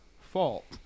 fault